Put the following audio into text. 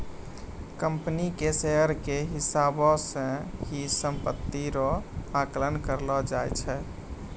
company के share के हिसाबौ से ही सम्पत्ति रो आकलन करलो जाय छै